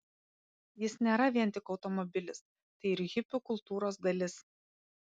jis nėra vien tik automobilis tai ir hipių kultūros dalis